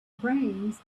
brains